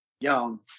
young